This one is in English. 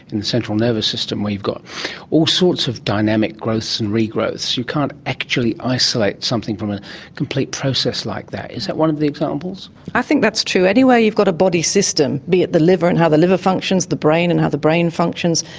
in the central nervous system where you've got all sorts of dynamic growths and re-growths, you can't actually isolate something from a complete process like that. is that one of the examples? i think that's true. anywhere you've got a body system, be it the liver and how the liver functions, the brain and how the brain functions,